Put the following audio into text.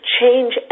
change